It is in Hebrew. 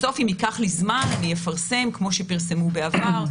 בסוף אם ייקח לי זמן אני אפרסם כמו שפרסמו בעבר,